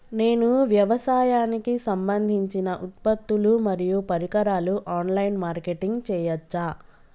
నేను వ్యవసాయానికి సంబంధించిన ఉత్పత్తులు మరియు పరికరాలు ఆన్ లైన్ మార్కెటింగ్ చేయచ్చా?